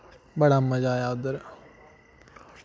बड़ा मजा आया उद्धर